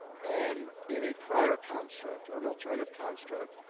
and in a prior construct or and alternative construct,